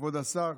כבוד השר,